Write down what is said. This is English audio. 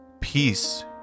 peace